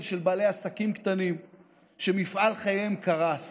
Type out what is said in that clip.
של בעלי העסקים הקטנים שמפעל חייהם קרס